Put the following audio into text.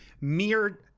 mere